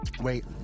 Wait